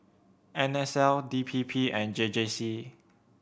N S L D P P and J J C